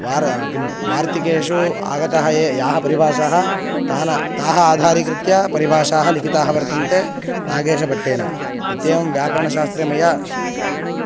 वार् किं वार्तिकेषु आगताः याः याः परिभाषाः ताः ताः आधारीकृत्य परिभाषाः लिखिताः वर्तन्ते नागेशभट्टेन इत्येवं व्याकरणशास्त्रे मया